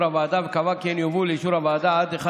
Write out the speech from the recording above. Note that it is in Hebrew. הוועדה וקבעה כי הן יובאו לאישור הוועדה עד 1